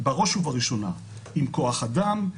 בראש ובראשונה עם כוח אדם,